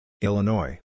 Illinois